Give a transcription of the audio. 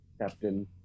Captain